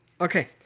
Okay